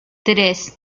tres